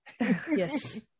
Yes